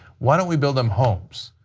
why don't we build them homes?